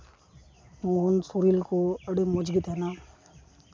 ᱢᱚᱱ ᱥᱚᱨᱤᱨ ᱠᱚ ᱟᱹᱰᱤ ᱢᱚᱡᱽ ᱜᱮ ᱛᱟᱦᱮᱱᱟ